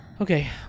Okay